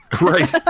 Right